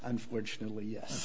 unfortunately yes